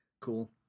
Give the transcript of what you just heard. Cool